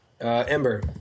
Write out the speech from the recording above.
Ember